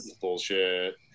Bullshit